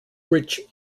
rich